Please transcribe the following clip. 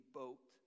boat